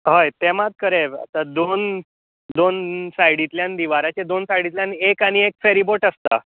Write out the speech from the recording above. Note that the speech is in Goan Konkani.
हय मात मात खरें आतां दोन दोन सायडिंतल्यान दिवाराचें दोन सायडिंतल्यान एक आनी एक फॅरिबोट आसता